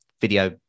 video